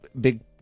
big